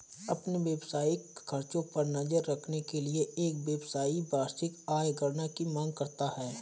अपने व्यावसायिक खर्चों पर नज़र रखने के लिए, एक व्यवसायी वार्षिक आय गणना की मांग करता है